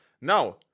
Now